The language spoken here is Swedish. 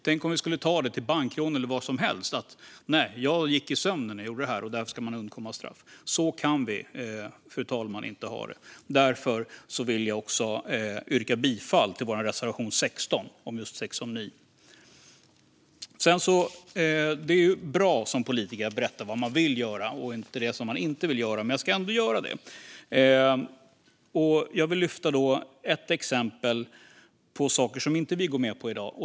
Tänk om vi skulle tillämpa det på bankrån eller vad som helst. Man gick i sömnen när man gjorde det, och därför ska man undkomma straff. Så här kan vi inte ha det, fru talman. Därför yrkar jag bifall till vår reservation 16 om sexsomni. Det är ju bra att som politiker berätta vad man vill göra och inte bara vad man inte vill göra. Men jag vill lyfta fram ett exempel på saker som vi inte går med på i dag.